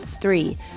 three